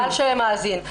לקהל שמאזין.